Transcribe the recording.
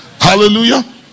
Hallelujah